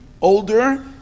older